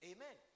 Amen